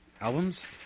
albums